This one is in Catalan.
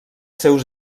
seus